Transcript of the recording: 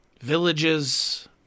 villages